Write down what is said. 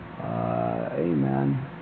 Amen